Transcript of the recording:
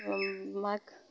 মাঘ